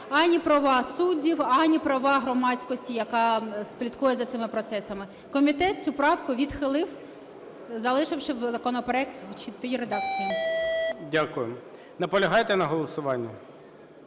ані права суддів, ані права громадськості, яка слідкує за цими процесами. Комітет цю правку відхилив, залишивши законопроект в тій редакції. ГОЛОВУЮЧИЙ. Дякую. Наполягаєте на голосуванні?